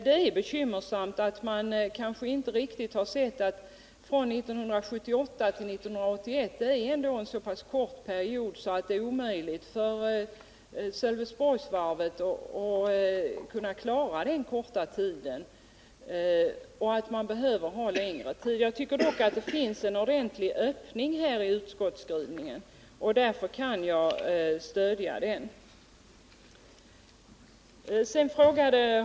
Det är bekymmersamt att man inte riktigt har insett att 1978-1981 är en så kort period att det är omöjligt för Sölvesborgs varvet att under den uppnå lönsamhet. Det finns dock en öppning av Nr 165 tidsfristen i utskottets skrivning, och därför kan jag stödja den.